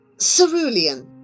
Cerulean